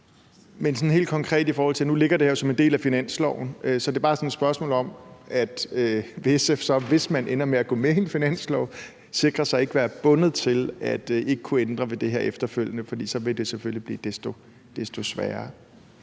Men sådan helt konkret ligger det her nu som en del af forslaget til finanslov. Så det er bare sådan et spørgsmål til SF om, om man, hvis man ender med at gå med i en finanslov, så vil sikre sig ikke at være bundet til ikke at kunne ændre ved det her efterfølgende. For så vil det selvfølgelig blive desto sværere.